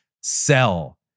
sell